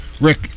Rick